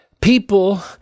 people